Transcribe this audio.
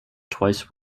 twice